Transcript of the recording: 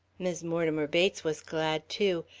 mis' mortimer bates was glad, too,